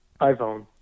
iPhone